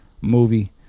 movie